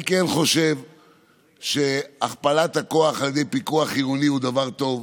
אני כן חושב שהכפלת הכוח על ידי פיקוח עירוני הוא דבר טוב,